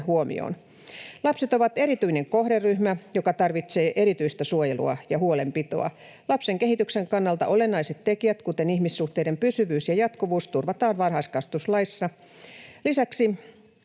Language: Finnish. huomioon. Lapset ovat erityinen kohderyhmä, joka tarvitsee erityistä suojelua ja huolenpitoa. Lapsen kehityksen kannalta olennaiset tekijät, kuten ihmissuhteiden pysyvyys ja jatkuvuus, turvataan varhaiskasvatuslaissa. Lisäksi